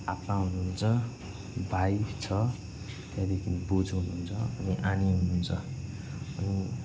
आप्पा हुनुहुन्छ भाइ छ त्यहाँदेखि बोजू हुनुहुन्छ अनि आनी हुनुहुन्छ अनि